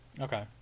okay